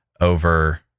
over